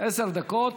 עשר דקות.